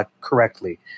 correctly